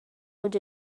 would